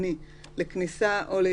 כי מודעה כתובה בעיתון היא יותר